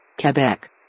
Quebec